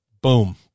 Boom